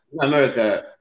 America